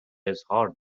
اظهار